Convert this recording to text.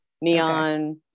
neon